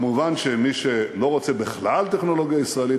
מובן שמי שלא רוצה בכלל טכנולוגיה ישראלית